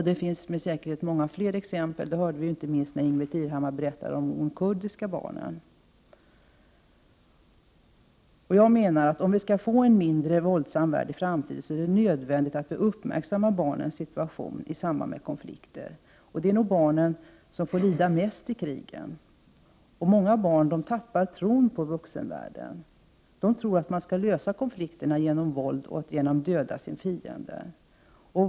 Det finns med säkerhet många fler exempel — det hörde vi inte minst när Ingbritt Irhammar berättade om de kurdiska barnen. Om vi skall få en mindre våldsam värld i framtiden är det nödvändigt att vi uppmärksammar barnens situation i samband med konflikter. Det är nog barnen som får lida mest i krigen. Många barn tappar tron på vuxenvärlden. De tror att man skall lösa konflikter med våld, genom att döda sin fiende.